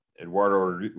Eduardo